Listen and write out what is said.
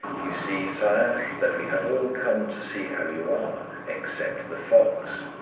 you see, sire, that we have all come to see how you are except the fox,